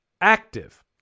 Active